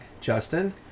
Justin